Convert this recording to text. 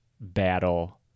battle